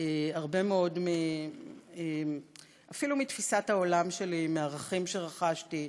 הרבה מאוד מתפיסת העולם שלי, מערכים שרכשתי.